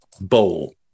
bowl